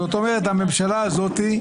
זאת אומרת, הממשלה הזאת היא